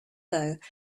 though